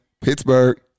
Pittsburgh